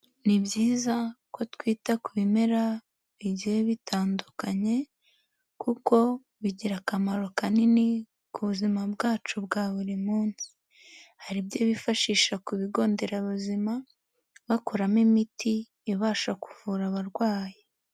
Ni byiza ko twita ku bimera bigiye bitandukanye, kuko bigira akamaro kanini ku buzima bwacu bwa buri munsi, hari ibyo bifashisha ku bigo nderabuzima bakoramo imiti ibasha kuvura abarwayi.